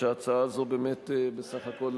שההצעה הזאת באמת בסך הכול,